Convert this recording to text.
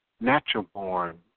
natural-born